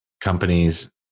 companies